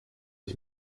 ich